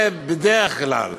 זה בדרך כלל.